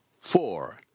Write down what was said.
four